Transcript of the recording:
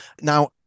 now